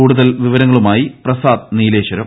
കൂടുതൽ വിവരങ്ങളുമായി പ്രസാദ് നീലേശ്വരം